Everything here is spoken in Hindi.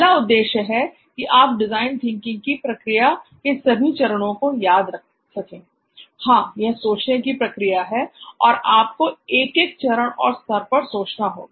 पहला उद्देश्य है कि आप डिजाइन थिंकिंग की प्रक्रिया के सभी चरणों को याद रख सकें हां यह सोचने की प्रक्रिया है और आपको एक एक चरण और स्तर पर सोचना होगा